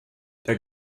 der